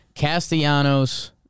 Castellanos